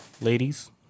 Ladies